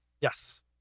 yes